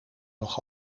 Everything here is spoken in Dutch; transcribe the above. nog